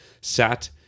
sat